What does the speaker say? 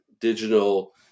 digital